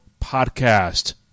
podcast